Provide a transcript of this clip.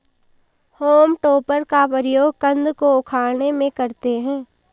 home टॉपर का प्रयोग कन्द को उखाड़ने में करते हैं